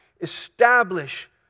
Establish